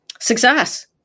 Success